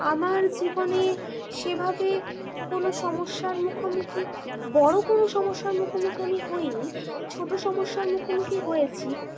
আমার জীবনে সেভাবে কোনো সমস্যার মুখোমুখি বড়ো কোনো সমস্যার মুখোমুখি আমি হইনি ছোট সমস্যার মুখোমুখি হয়েছি